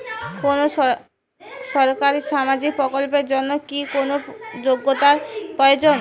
কোনো সরকারি সামাজিক প্রকল্পের জন্য কি কোনো যোগ্যতার প্রয়োজন?